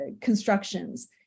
constructions